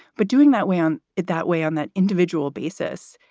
but doing that weigh on it that way on that individual basis.